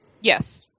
Yes